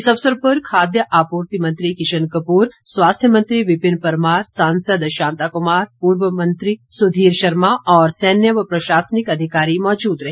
इस अवसर पर खाद्य आपूर्ति मंत्री किशन कूपर स्वास्थ्य मंत्री विपिन परमार सांसद शांता कुमार पूर्व मंत्री सुधीर शर्मा और सैन्य व प्रशासनिक अधिकारी मौजूद रहे